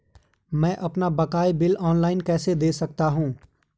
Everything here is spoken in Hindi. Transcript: मैं अपना बकाया बिल ऑनलाइन कैसे दें सकता हूँ?